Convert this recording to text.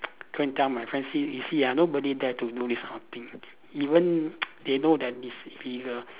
go and tell my friend you see you see ah nobody dare to do this kind of thing even they know that it is illegal